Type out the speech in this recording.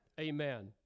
Amen